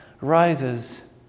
rises